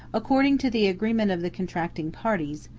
according to the agreement of the contracting parties,